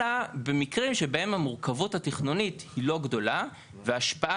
אלא במקרים שבהם המורכבות התכנונית היא לא גדולה וההשפעה